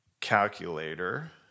calculator